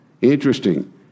Interesting